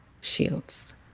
shields